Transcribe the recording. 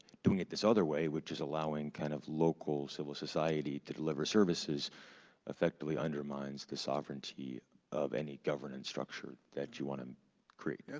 doing it this other way, which is allowing kind of local civil society to deliver services effectively undermines the sovereignty of any governing structure that you wanna and create.